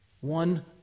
one